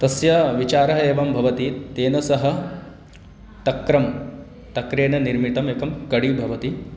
तस्य विचारः एवं भवति तेन सः तक्रं तक्रेण निर्मितम् एकं कडि भवति